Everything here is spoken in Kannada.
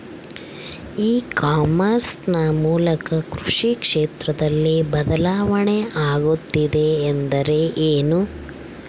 ಇ ಕಾಮರ್ಸ್ ನ ಮೂಲಕ ಕೃಷಿ ಕ್ಷೇತ್ರದಲ್ಲಿ ಬದಲಾವಣೆ ಆಗುತ್ತಿದೆ ಎಂದರೆ ಏನು?